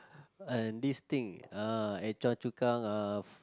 and this thing ah at Choa-Chu-Kang uh